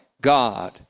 God